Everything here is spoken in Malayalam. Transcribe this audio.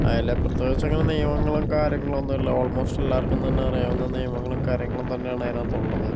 അതില് പ്രത്യേകിച്ച് അങ്ങനെ നിയമങ്ങളും കാര്യങ്ങളും ഒന്നുമില്ല ഓൾമോസ്റ്റ് എല്ലാവർക്കും തന്നെ അറിയാവുന്ന നിയമങ്ങളും കാര്യങ്ങളും തന്നെയാണ് അതിനാത്തുള്ളത്